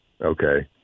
Okay